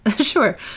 Sure